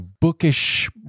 bookish